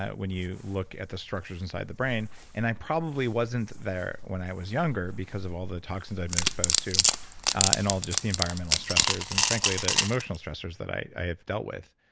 when you look at the structures inside the brain and i probably wasn't there when i was younger because of all the toxins i've been exposed to and all just the environmental stressors and frankly the emotional stressors that i have dealt with.